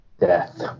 death